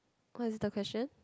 what is the question